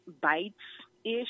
bites-ish